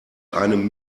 einem